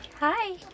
Hi